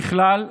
ככלל,